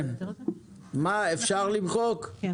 חוה, אפשר למחוק את סעיף (5)?